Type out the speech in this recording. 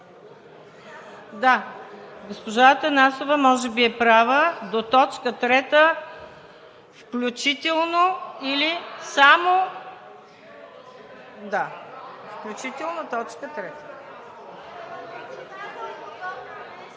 Госпожа Атанасова може би е права – до точка трета включително, или само… включително точка трета.